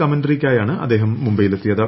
കമന്ററിയ്ക്കായാണ് അദ്ദേഹം മുംബൈയിലെത്തിയത്